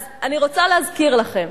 אז אני רוצה להזכיר לכם.